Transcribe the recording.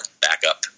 backup